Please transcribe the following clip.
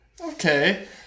Okay